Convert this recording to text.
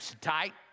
tight